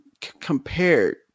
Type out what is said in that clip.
compared